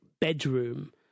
bedroom